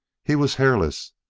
he was hairless,